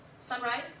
sunrise